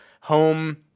home